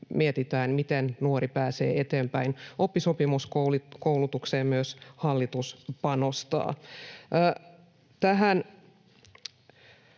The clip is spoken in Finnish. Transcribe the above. mietitään, miten nuori pääsee eteenpäin. Myös oppisopimuskoulutukseen hallitus panostaa.